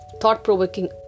thought-provoking